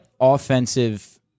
offensive